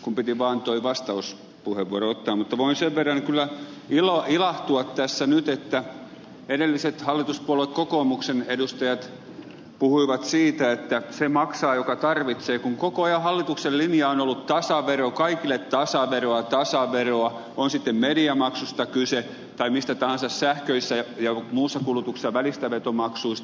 kumpikin vaan tuli vastaus sen verran kyllä ilahtua tässä nyt siitä että edelliset hallituspuolue kokoomuksen edustajat puhuivat siitä että se maksaa joka tarvitsee kun koko ajan hallituksen linja on ollut kaikille tasaveroa tasaveroa on sitten mediamaksusta kyse tai mistä tahansa sähkössä ja muussa kulutuksessa välistävetomaksuista